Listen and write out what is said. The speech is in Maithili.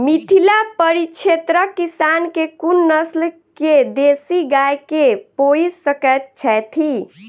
मिथिला परिक्षेत्रक किसान केँ कुन नस्ल केँ देसी गाय केँ पोइस सकैत छैथि?